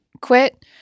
quit